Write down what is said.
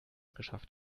geschafft